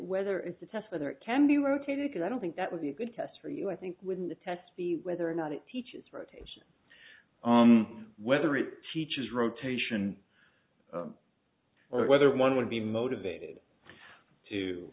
whether it's a test whether it can be rotated i don't think that would be a good test for you i think when the test the whether or not it teaches rotation whether it teaches rotation or whether one would be motivated to